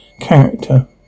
character